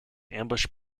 ambush